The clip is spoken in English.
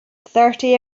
thirty